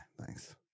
thanks